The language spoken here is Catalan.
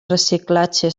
reciclatge